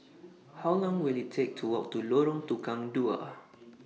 How Long Will IT Take to Walk to Lorong Tukang Dua